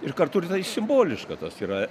ir kartu ir tai simboliška tas yra